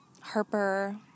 Harper